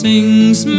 Sings